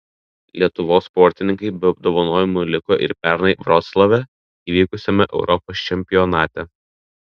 lietuvos sportininkai be apdovanojimų liko ir pernai vroclave įvykusiame europos čempionate